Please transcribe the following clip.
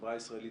החברה הישראלית,